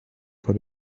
vor